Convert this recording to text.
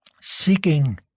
seeking